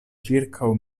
ĉirkaŭ